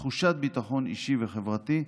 תחושת ביטחון אישי וחברתי,